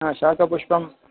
आ शाकपुष्पं